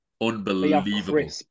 unbelievable